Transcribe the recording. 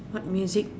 what music